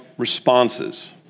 Responses